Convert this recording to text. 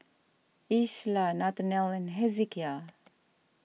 Isla Nathanael and Hezekiah